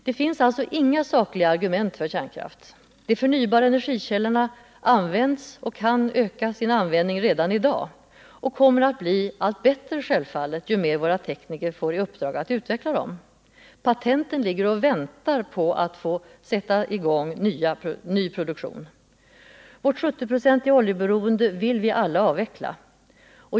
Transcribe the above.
Det finns alltså inga sakliga argument för kärnkraft. De förnybara energikällorna används och kan öka i användning redan i dag och kommer självfallet att bli allt bättre ju mer våra tekniker får i uppdrag att utveckla dem. Patenten ligger och väntar på att sätta i gång ny produktion. Vårt 70-procentiga oljeberoende vill vi alla avveckla.